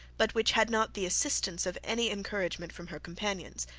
but which had not the assistance of any encouragement from her companions.